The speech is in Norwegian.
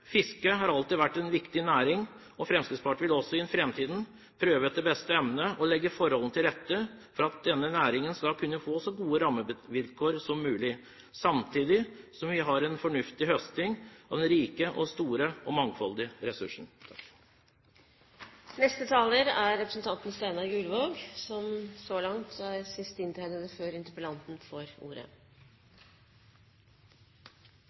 har alltid vært en viktig næring, og Fremskrittspartiet vil også i framtiden prøve etter beste evne å legge forholdene til rette for at denne næringen skal kunne få så gode rammevilkår som mulig, samtidig som vi har en fornuftig høsting av denne rike, store og mangfoldige ressursen. Det er åpenbart en del representanter i denne sal som ikke har fattet at situasjonen for kysttorsken er